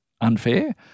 unfair